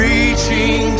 Reaching